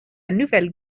nouvelle